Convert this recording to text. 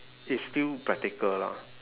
he's still practical lah